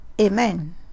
Amen